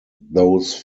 those